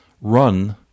run